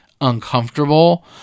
uncomfortable